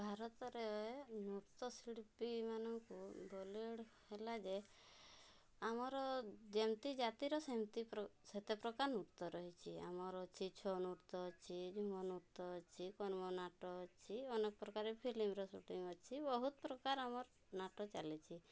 ଭାରତରେ ନୃତ୍ୟ ଶିଳ୍ପୀମାନଙ୍କୁ ବଲିଉଡ଼୍ ହେଲା ଯେ ଆମର ଯେମ୍ତି ଜାତିର ସେମ୍ତି ପ୍ର ସେତେ ପ୍ରକାର ନୃତ୍ୟ ରହିଛି ଆମର୍ ଅଛି ଛଉ ନୃତ୍ୟ ଅଛି ଝୁମର ନୃତ୍ୟ ଅଛି କର୍ମ ନାଟ ଅଛି ଅନେକ ପ୍ରକାର ଫିଲ୍ମର ସୁଟିଂ ଅଛି ବହୁତ୍ ପ୍ରକାର ଆମର୍ ନାଟ ଚାଲିଛି